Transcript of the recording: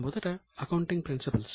మొదట accounting principles